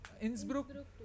Innsbruck